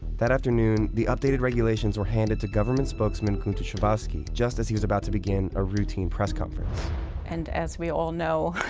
that afternoon, the updated regulations were handed to government spokesman gunter schabowski, just as he was about to begin a routine press conference. baumbach and as we all know,